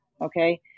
okay